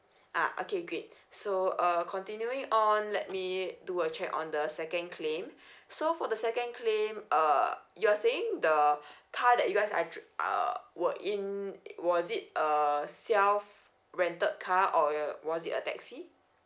ah okay great so err continuing on let me do a check on the second claim so for the second claim uh you're saying the car that you guys are trip uh were in it was it a self rented car or your was it a taxi